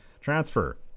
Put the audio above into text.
Transfer